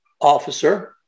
officer